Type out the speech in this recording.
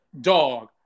dog